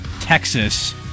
Texas